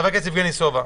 חבר הכנסת יבגני סובה.